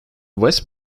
west